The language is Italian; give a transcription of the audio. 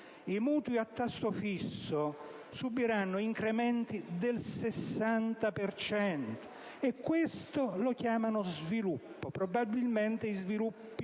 i mutui a tasso fisso subiranno incrementi del 60 per cento. Questo lo chiamano sviluppo: probabilmente, si